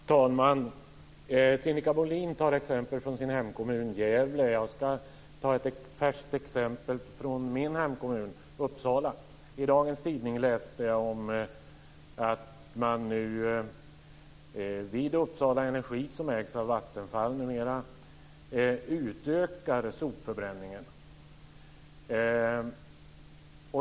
Herr talman! Sinikka Bohlin tar exempel från sin hemkommun Gävle. Jag ska ge ett färskt exempel från min hemkommun Uppsala. Jag läser i dagens tidning om att man nu vid Uppsala Energi, som numera ägs bl.a. av Vattenfall, utökar sopförbränningen.